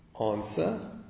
answer